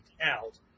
out